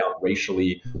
racially